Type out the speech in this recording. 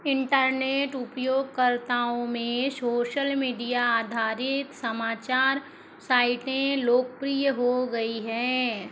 internet उपयोगकर्ताओं में social media आधारित समाचार साइटें लोकप्रिय हो गई हैं